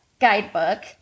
Guidebook